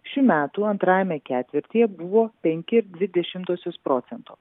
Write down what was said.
šių metų antrajame ketvirtyje buvo penki ir dvi dešimtosios procento